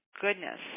goodness